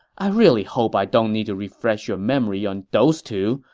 i really hope i don't need to refresh your memory on those two,